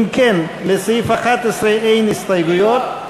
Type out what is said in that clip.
אם כן, לסעיף 11 אין הסתייגויות.